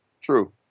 True